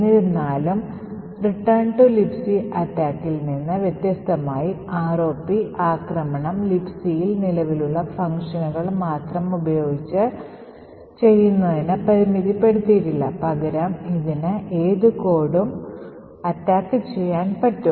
എന്നിരുന്നാലും Return to Libc attackൽ നിന്ന് വ്യത്യസ്തമായി ROP ആക്രമണം Libcയിൽ നിലവിലുള്ള ഫംഗ്ഷനുകൾ മാത്രം ഉപയോഗിച്ച് ചെയ്യുന്നതിന് പരിമിതപ്പെടുത്തിയിട്ടില്ല പകരം ഇതിന് ഏത് കോഡും attack നടത്താൻ ഉപയോഗിക്കാൻ പറ്റും